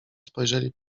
spojrzeli